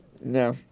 No